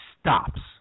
stops